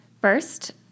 First